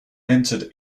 entered